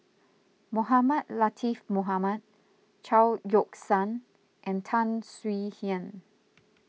Mohamed Latiff Mohamed Chao Yoke San and Tan Swie Hian